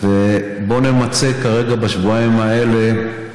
ובואו נמצה כרגע, בשבועיים האלה,